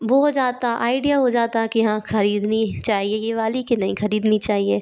वो हो जाता आइडिया हो जाता कि हाँ ख़रीदनी चाहिए ये वाली कि नहीं ख़रीदनी चाहिए